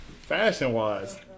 Fashion-wise